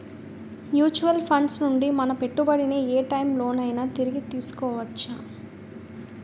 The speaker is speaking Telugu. మ్యూచువల్ ఫండ్స్ నుండి మన పెట్టుబడిని ఏ టైం లోనైనా తిరిగి తీసుకోవచ్చా?